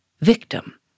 victim